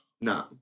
No